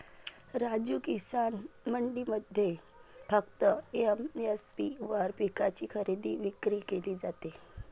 राजू, किसान मंडईमध्ये फक्त एम.एस.पी वर पिकांची खरेदी विक्री केली जाते